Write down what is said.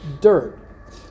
dirt